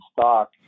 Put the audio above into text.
stock